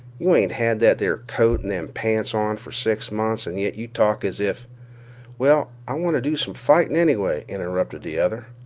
you ain't had that there coat and them pants on for six months, and yet you talk as if well, i wanta do some fighting anyway, interrupted the other.